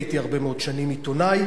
הייתי הרבה מאוד שנים עיתונאי,